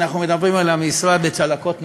אנחנו מדברים על המשרד לצלקות נפשיות.